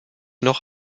noch